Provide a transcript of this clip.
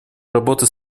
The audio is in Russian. работы